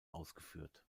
ausgeführt